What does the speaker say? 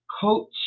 Coach